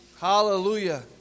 Hallelujah